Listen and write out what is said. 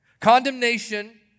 Condemnation